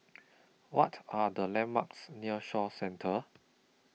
What Are The landmarks near Shaw Centre